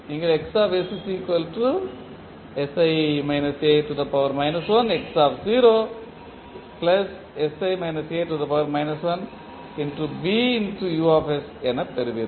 நீங்கள் என பெறுவீர்கள்